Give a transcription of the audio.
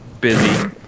busy